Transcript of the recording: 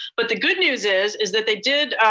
but the good news is, is that they did.